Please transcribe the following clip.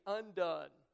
undone